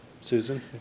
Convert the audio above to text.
Susan